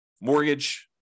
mortgage